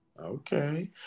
Okay